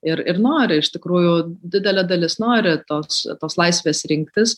ir ir nori iš tikrųjų didelė dalis nori tos tos laisvės rinktis